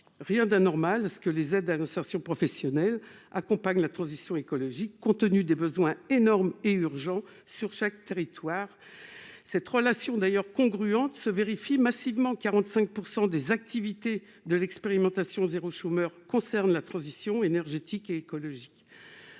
rien d'anormal à ce que les aide à l'insertion professionnelle, accompagnent la transition écologique, compte tenu des besoins énormes et urgents sur chaque territoire cette relation d'ailleurs congruente se vérifie massivement 45 % des activités de l'expérimentation, 0 chômeur concerne la transition énergétique et écologique,